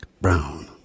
brown